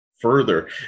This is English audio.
further